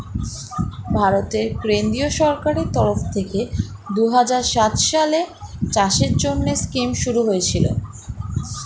ভারতের কেন্দ্রীয় সরকারের তরফ থেকে দুহাজার সাত সালে চাষের জন্যে স্কিম শুরু হয়েছিল